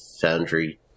Foundry